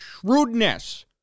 Shrewdness